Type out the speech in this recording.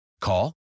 Call